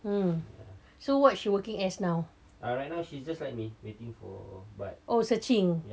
mm so what she working as now oh searching